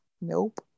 nope